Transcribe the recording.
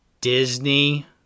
Disney